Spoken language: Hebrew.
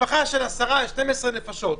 משפחה עם 12-10 נפשות?